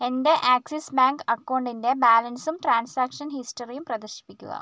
എൻ്റെ Axis bank അക്കൗണ്ടിൻ്റെ ബാലൻസും ട്രാൻസാക്ഷൻ ഹിസ്റ്ററിയും പ്രദർശിപ്പിക്കുക